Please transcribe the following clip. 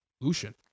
Lucian